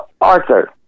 Arthur